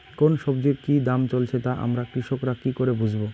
কোন সব্জির কি দাম চলছে তা আমরা কৃষক রা কি করে বুঝবো?